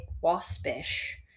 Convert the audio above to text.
waspish